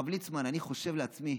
הרב ליצמן, אני חושב לעצמי,